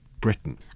Britain